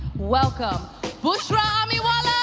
welcome bushra amiwala